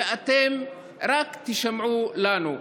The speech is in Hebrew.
ואתם רק תישמעו לנו.